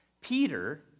Peter